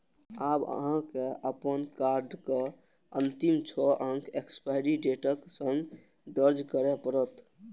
आब अहां के अपन कार्डक अंतिम छह अंक एक्सपायरी डेटक संग दर्ज करय पड़त